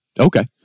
Okay